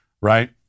right